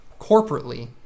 corporately